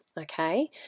okay